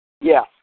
Yes